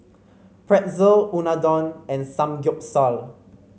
Pretzel Unadon and Samgeyopsal